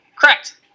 Correct